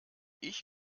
ich